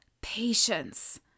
patience